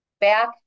back